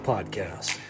Podcast